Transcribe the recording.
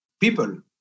people